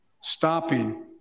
stopping